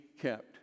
kept